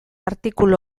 artikulu